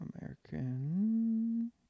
American